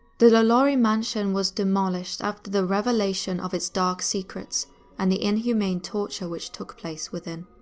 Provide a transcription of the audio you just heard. the lalaurie mansion was demolished after the revelation of its dark secrets and the inhumane torture which took place within.